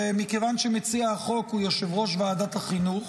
ומכיוון שמציע החוק הוא יושב-ראש ועדת החינוך